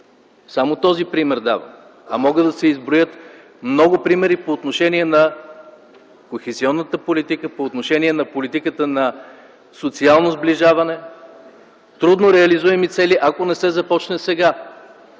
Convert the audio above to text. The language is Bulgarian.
само този пример, могат да се изброят много примери по отношение на кохезионната политика, по отношение на политиката на социално сближаване. Трудно реализуеми цели, ако не се започне сега.